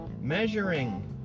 measuring